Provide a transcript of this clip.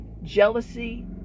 Jealousy